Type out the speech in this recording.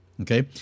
okay